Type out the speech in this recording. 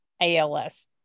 ALS